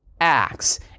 Acts